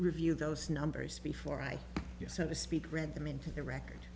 review those numbers before i get so to speak read them into the record